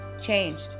changed